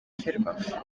ferwafa